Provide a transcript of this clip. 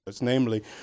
Namely